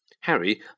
Harry